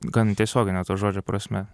gan tiesiogine to žodžio prasme